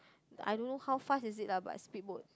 I don't know how fast is it lah but speedboat